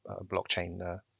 blockchain